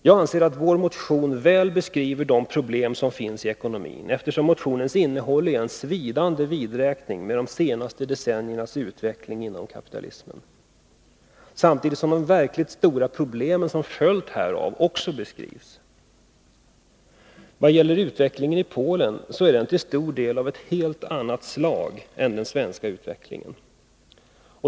Jag anser att ekonomins problem mycket väl beskrivits i vår motion, eftersom innehållet i motionen är en svidande vidräkning med de senaste decenniernas utveckling inom kapitalismen. Samtidigt redogör vi också för de problem som blivit en följd härav. I vad gäller utvecklingen i Polen vill jag påstå att den istort sett är av ett helt annat slag än den svenska.